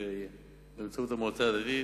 באמצעות המועצה הדתית,